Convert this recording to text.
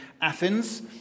Athens